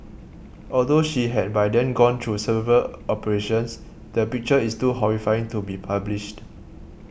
although she had by then gone through several operations the picture is too horrifying to be published